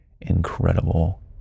incredible